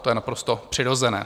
To je naprosto přirozené.